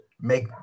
make